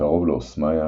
הקרוב לאוסמיה,